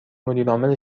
مدیرعامل